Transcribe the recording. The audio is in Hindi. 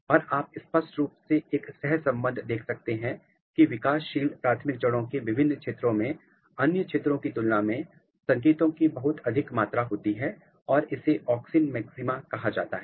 और आप स्पष्ट रूप से एक सहसंबंध देख सकते हैं कि विकासशील प्राथमिक जड़ों के विभिन्न क्षेत्रों में अन्य क्षेत्रों की तुलना में संकेतों की बहुत अधिक मात्रा होती है और इसे ऑक्सिन मैक्सिमा कहा जाता है